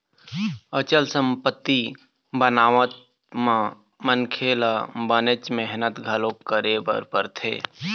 अचल संपत्ति बनावत म मनखे ल बनेच मेहनत घलोक करे बर परथे